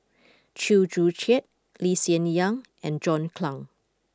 Chew Joo Chiat Lee Hsien Yang and John Clang